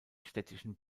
städtischen